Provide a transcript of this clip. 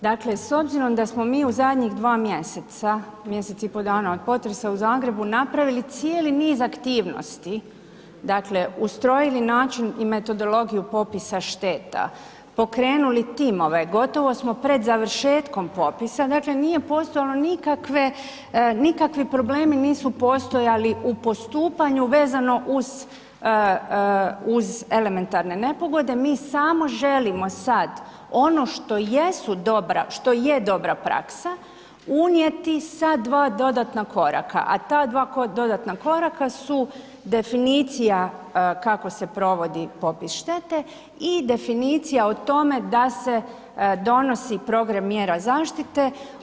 Dakle, s obzirom da smo mi u zadnjih 2 mjeseca, mjesec i po dana od potresa u Zagrebu napravili cijeli niz aktivnosti, dakle ustrojili način i metodologiju popisa šteta, pokrenuli timove, gotovo smo pred završetkom popisa, dakle nije postojalo nikakve, nikakvi problemi nisu postojali u postupanju vezano uz, uz elementarne nepogode, mi samo želimo sad ono što jesu dobra, što je dobra praksa, unijeti sa dva dodatna koraka, a ta dva dodatna koraka su definicija kako se provodi popis štete i definicija o tome da se donosi program mjera zaštite.